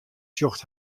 sjocht